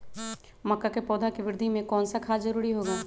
मक्का के पौधा के वृद्धि में कौन सा खाद जरूरी होगा?